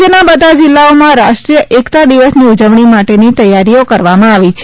રાજ્યના બધાં જિલ્લાઓમાં રાષ્ટ્રીય એકતા દિવસની ઉજવણી માટેની તૈયારીઓ કરવામાં આવી છે